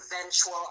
eventual